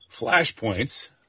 flashpoints